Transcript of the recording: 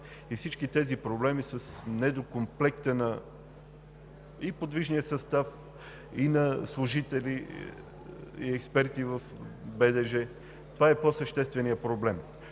и всички проблеми с недокомплекта на подвижния състав и на служители и експерти в БДЖ. Това е по-същественият проблем.